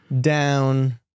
down